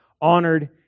honored